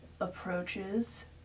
approaches